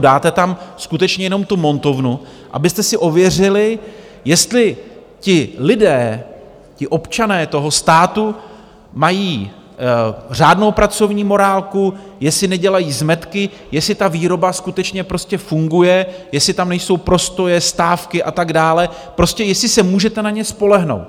Dáte tam skutečně jenom tu montovnu, abyste si ověřili, jestli ti lidé, občané toho státu, mají řádnou pracovní morálku, jestli nedělají zmetky, jestli výroba skutečně funguje, jestli tam nejsou prostoje, stávky a tak dále, prostě jestli se můžete na ně spolehnout.